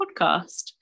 podcast